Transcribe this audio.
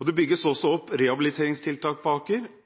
Det bygges også